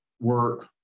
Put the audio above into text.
work